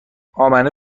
امنه